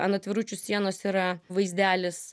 ant atviručių sienos yra vaizdelis